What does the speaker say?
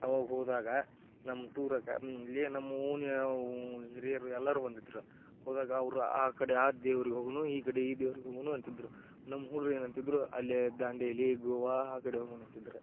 ಅವಾಗ ಹೋದಾಗ ನಮ್ಮ ಟೂರಗೆ ಇಲ್ಲೇ ನಮ್ಮ ಓಣಿಯವು ಹಿರಿಯರು ಎಲ್ಲರೂ ಬಂದಿದ್ದರು ಹೋದಾಗ ಅವರು ಆ ಕಡೆ ಆ ದೇವ್ರಿಗೆ ಹೋಗೋನು ಈ ಕಡೆ ಈ ದೇವ್ರಿಗೆ ಹೋಗೋನು ಅಂತಿದ್ದರು ನಮ್ಮ ಹುಡ್ಗ್ರ್ ಏನಂತಿದ್ದರು ಅಲ್ಲೇ ದಾಂಡೇಲಿ ಗೋವಾ ಆ ಕಡೆ ಹೋಗೋಣಂತಿದ್ರ